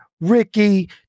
Ricky